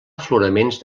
afloraments